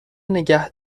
نگه